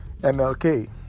MLK